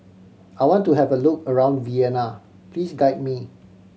I want to have a look around Vienna please guide me